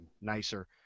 nicer